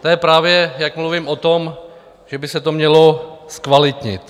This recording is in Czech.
To je právě, jak mluvím o tom, že by se to mělo zkvalitnit.